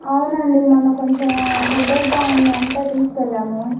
అవునండి మొన్న కొంచెం హెడేక్గా ఉందంటే తీసుకెళ్ళాము